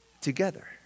together